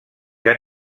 que